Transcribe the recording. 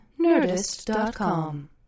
Nerdist.com